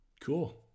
Cool